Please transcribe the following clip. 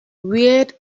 weird